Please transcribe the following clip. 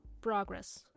progress